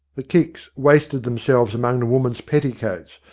the kicks wasted themselves among the woman's petticoats,